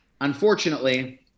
Unfortunately